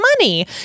money